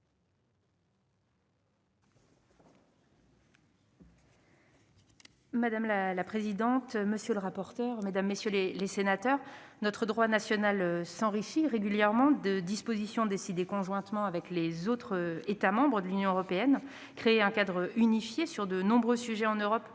Madame la présidente, mesdames, messieurs les sénateurs, notre droit national s'enrichit régulièrement de dispositions décidées conjointement avec les autres États membres de l'Union européenne. Créer un cadre unifié sur de nombreux sujets en Europe